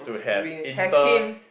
we have him